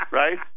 right